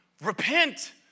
repent